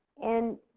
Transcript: and